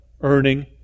earning